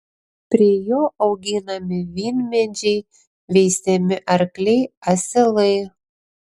prie jo auginami vynmedžiai veisiami arkliai asilai